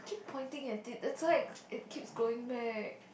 pointing at this that's why is keep going leh